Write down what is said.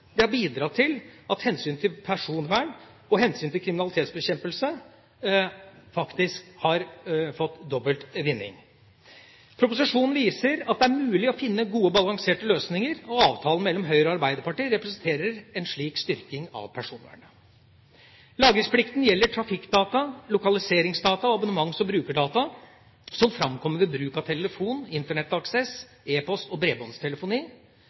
Det har bidratt til at hensynet til personvern og hensynet til kriminalitetsbekjempelse faktisk har fått dobbel vinning. Proposisjonen viser at det er mulig å finne gode og balanserte løsninger, og avtalen mellom Høyre og Arbeiderpartiet representerer en slik styrking av personvernet. Lagringsplikten gjelder trafikkdata, lokaliseringsdata, abonnements- og brukerdata som framkommer ved bruk av telefon, Internett-aksess, e-post og bredbåndstelefoni.